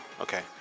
Okay